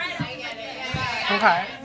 Okay